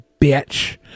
bitch